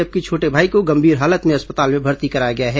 जबकि छोटे भाई को गंभीर हालत में अस्पताल में भर्ती कराया गया है